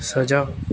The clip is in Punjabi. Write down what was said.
ਸਜਾ